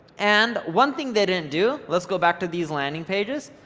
and one thing they didn't do, let's go back to these landing pages,